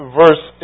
verse